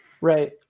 right